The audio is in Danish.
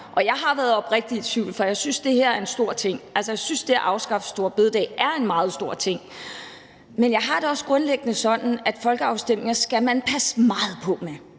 og jeg har været oprigtigt i tvivl, for jeg synes, det her er en stor ting; altså, jeg synes, at det at afskaffe store bededag er en meget stor ting – at jeg grundlæggende har det sådan, at folkeafstemninger er noget, man skal passe meget på med.